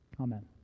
Amen